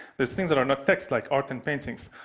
there's things that are not text, like art and paintings.